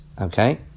Okay